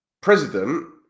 president